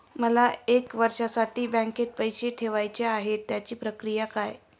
मला एक वर्षासाठी बँकेत पैसे ठेवायचे आहेत त्याची प्रक्रिया काय?